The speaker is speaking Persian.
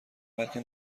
بلکه